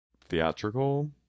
theatrical